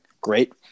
Great